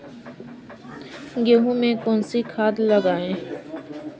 गेहूँ में कौनसी खाद लगाएँ?